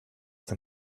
than